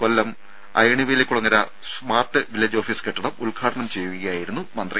കൊല്ലം Ayanivelikulangara smart village office കെട്ടിടം ഉദ്ഘാടനം ചെയ്യുകയായിരുന്നു മന്ത്രി